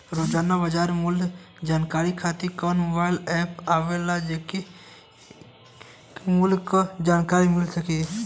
रोजाना बाजार मूल्य जानकारी खातीर कवन मोबाइल ऐप आवेला जेसे के मूल्य क जानकारी मिल सके?